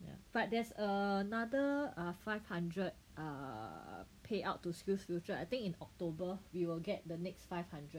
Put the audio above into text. ya but there's err another err five hundred err payout to SkillsFuture I think in October we will get the next five hundred